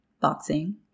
boxing